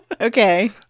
Okay